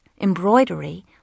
embroidery